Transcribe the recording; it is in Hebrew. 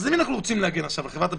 אנחנו רוצים להגן עכשיו על חברת הביטוח?